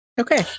okay